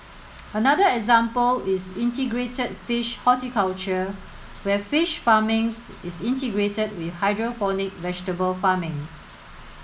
another example is integrated fish horticulture where fish farming is integrated with hydroponic vegetable farming